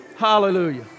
hallelujah